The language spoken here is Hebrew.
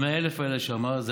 ה-100,000 האלה שאמרת,